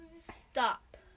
stop